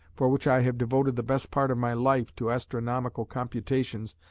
for which i have devoted the best part of my life to astronomical computations,